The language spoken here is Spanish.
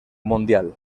mundial